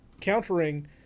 countering